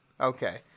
okay